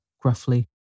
gruffly